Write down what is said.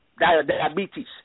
diabetes